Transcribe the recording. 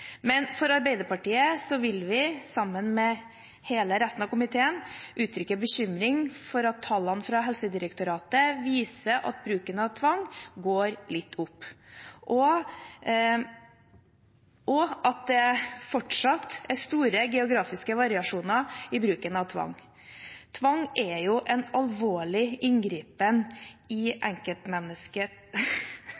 Arbeiderpartiet vil, sammen med hele resten av komiteen, uttrykke bekymring for at tallene fra Helsedirektoratet viser at bruken av tvang går litt opp, og at det fortsatt er store geografiske variasjoner i bruken av tvang. Tvang er jo en alvorlig inngripen i